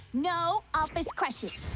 no office question